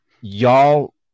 y'all